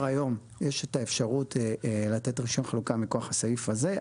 היום לתת רישיון חלוקה מכוח הסעיף הזה,